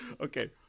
okay